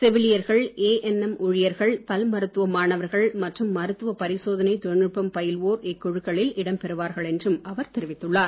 செவிலியர்கள் ஏஎன்எம் ஊழியர்கள் பல் மருத்துவ மாணவர்கள் மற்றும் மருத்துவ பரிசோதனை தொழில்நுட்பம் பயில்வோர் இடம்பெறுவார்கள் இக்குழுக்களில் என்றும் அவர் தெரிவித்துள்ளார்